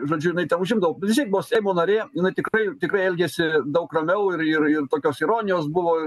žodžiu jinai ten užimdavo bet vis tiek buvo seimo narė jinai tikrai tikrai elgiasi daug ramiau ir ir ir tokios ironijos buvo